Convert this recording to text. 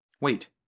Wait